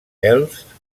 elfs